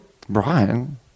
Brian